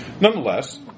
Nonetheless